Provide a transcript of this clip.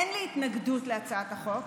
אין לי התנגדות להצעת החוק.